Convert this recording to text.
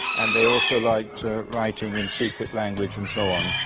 and they also liked writing in secret language and so on.